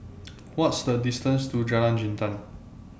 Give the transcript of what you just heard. What IS The distance to Jalan Jintan